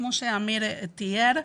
כמו שאמיר תאר,